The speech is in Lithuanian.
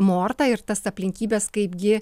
mortą ir tas aplinkybes kaipgi